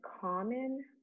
common